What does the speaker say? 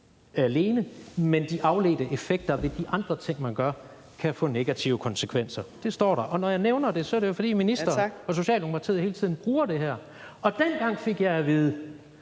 alene, men de afledte effekter ved de andre ting, man gør, kan få negative konsekvenser. Det står der. Og når jeg nævner det, er det, fordi ministeren og Socialdemokratiet jo hele tiden bruger det her. Og dengang fik jeg at vide,